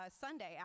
sunday